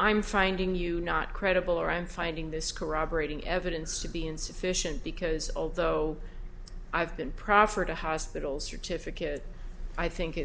i'm finding you not credible or i'm finding this corroborating evidence to be insufficient because although i've been proffered a hospital certificate i think